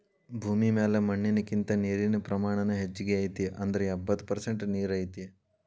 ಭೂಮಿ ಮ್ಯಾಲ ಮಣ್ಣಿನಕಿಂತ ನೇರಿನ ಪ್ರಮಾಣಾನ ಹೆಚಗಿ ಐತಿ ಅಂದ್ರ ಎಪ್ಪತ್ತ ಪರಸೆಂಟ ನೇರ ಐತಿ